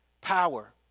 power